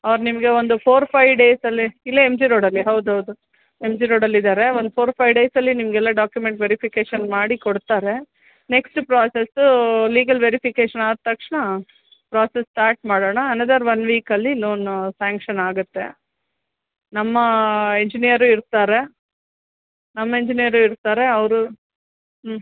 ಅವ್ರು ನಿಮಗೆ ಒಂದು ಫೋರ್ ಫೈ ಡೇಸಲ್ಲಿ ಇಲ್ಲೇ ಎಮ್ ಜಿ ರೋಡಲ್ಲಿ ಹೌದೌದು ಎಮ್ ಜಿ ರೋಡಲ್ಲಿದ್ದಾರೆ ಒಂದು ಫೋರ್ ಫೈ ಡೇಸಲ್ಲಿ ನಿಮಗೆಲ್ಲ ಡಾಕ್ಯುಮೆಂಟ್ ವೆರಿಫಿಕೇಷನ್ ಮಾಡಿ ಕೊಡ್ತಾರೆ ನೆಕ್ಸ್ಟ್ ಪ್ರಾಸೆಸ್ಸು ಲೀಗಲ್ ವೆರಿಫಿಕೇಷನ್ ಆದ ತಕ್ಷಣ ಪ್ರಾಸೆಸ್ ಸ್ಟಾಟ್ ಮಾಡೋಣ ಎನದರ್ ಒನ್ ವೀಕಲ್ಲಿ ಲೋನು ಸ್ಯಾಂಕ್ಷನ್ ಆಗುತ್ತೆ ನಮ್ಮ ಇಂಜಿನಿಯರೂ ಇರ್ತಾರೆ ನಮ್ಮ ಇಂಜಿನಿಯರು ಇರ್ತಾರೆ ಅವರು ಹ್ಞೂ